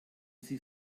sie